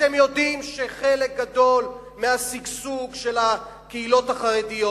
אתם יודעים שחלק גדול מהשגשוג של הקהילות החרדיות,